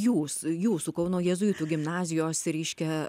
jūs jūsų kauno jėzuitų gimnazijos reiškia